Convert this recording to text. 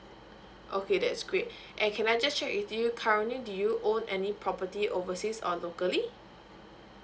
okay that's great and can I just check with you currently do you own any property overseas or locally